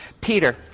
peter